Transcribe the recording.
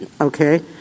okay